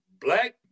black